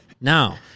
Now